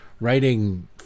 writing